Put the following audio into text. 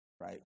right